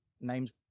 Names